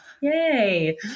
Yay